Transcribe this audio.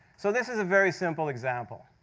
so this is a very simple example,